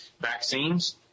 vaccines